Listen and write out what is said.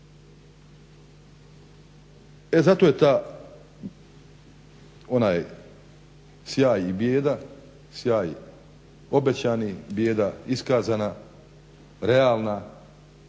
E zato je ta, onaj sjaj i bijeda, sjaj obećani, bijeda iskazana realna.